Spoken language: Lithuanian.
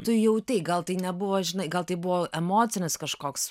tu jautei gal tai nebuvo žinai gal tai buvo emocinis kažkoks